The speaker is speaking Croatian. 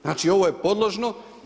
Znači, ovo je podložno.